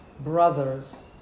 brothers